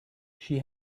she